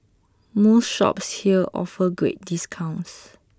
most shops here offer great discounts